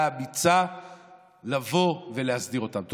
בממשלה החלטה אמיצה לבוא ולהסדיר אותם.